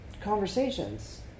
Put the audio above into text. conversations